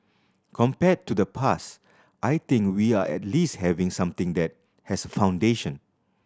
compared to the past I think we are at least having something that has foundation